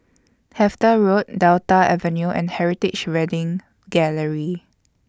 Hertford Road Delta Avenue and Heritage Wedding Gallery